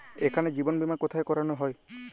এখানে জীবন বীমা কোথায় করানো হয়?